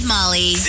Molly